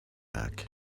back